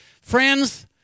friends